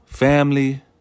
Family